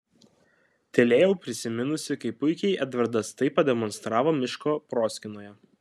tylėjau prisiminusi kaip puikiai edvardas tai pademonstravo miško proskynoje